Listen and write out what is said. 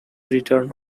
return